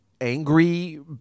angry